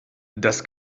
das